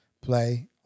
play